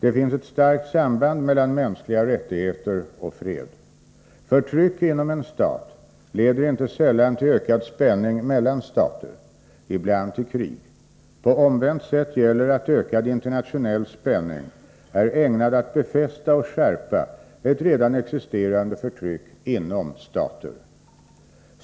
Det finns ett starkt samband mellan mänskliga rättigheter och fred. Förtryck inom en stat leder inte sällan till ökad spänning mellan stater, ibland till krig. På omvänt sätt gäller att ökad internationell spänning är ägnad att befästa och skärpa ett redan existerande förtryck inom stater.